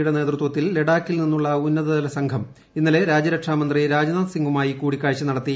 യുടെ നേതൃത്വത്തിൽ ലഡാക്കിൽ നിന്നുള്ള ഉന്നതതല സംഘം ഇന്നലെ രാജ്യരക്ഷാ മന്ത്രി രാജ്നാഥ് സിംഗുമായി കൂടിക്കാഴ്ച നടത്തി